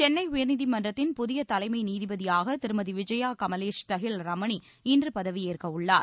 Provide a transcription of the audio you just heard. சென்னை உயர்நீதிமன்றத்தின் புதிய தலைமை நீதிபதியாக திருமதி விஜயா கமலேஷ் தஹில் ரமணி இன்று பதவியேற்கவுள்ளார்